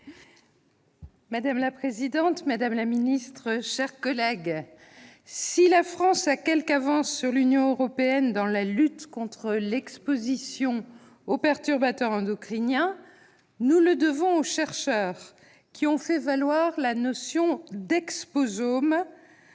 Madame la présidente, madame la secrétaire d'État, mes chers collègues, si la France a quelque avance sur l'Union européenne dans la lutte contre l'exposition aux perturbateurs endocriniens, nous le devons aux chercheurs, qui ont fait valoir la notion d'« exposome